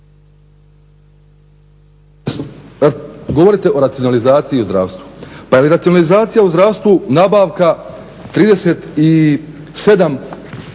govorite o racionalizaciji zdravstva. Pa je li racionalizacija u zdravstvu nabavka 37